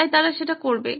তাই তারা সেটা করবে